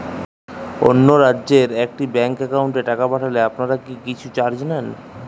অন্য রাজ্যের একি ব্যাংক এ টাকা পাঠালে আপনারা কী কিছু চার্জ নেন?